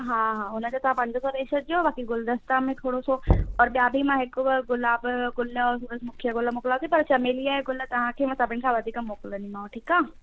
हा हा उनजा तव्हां पंज सौ ॾेई छॾिजो बाक़ी गुलदस्ता में थोरो सो और ॿिया बि मां हिकु ॿ गुलाब या गुल मूंखे तव्हां चयो चमेलीअ गुल तव्हांखे सभिनि सां वधीक मोकलंदीमाव ठीकु आहे